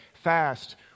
Fast